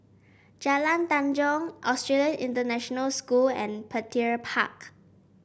Jalan Tanjong Australian International School and Petir Park